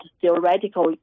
theoretical